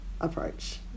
approach